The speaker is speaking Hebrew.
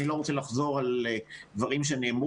אני לא רוצה לחזור על דברים שנאמרו,